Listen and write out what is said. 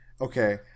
Okay